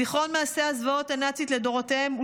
זיכרון מעשי הזוועות הנאציות לדורותיהם הוא